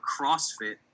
CrossFit